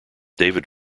david